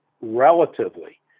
relatively